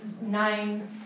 nine